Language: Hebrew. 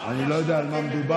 אני לא יודע על מה מדובר.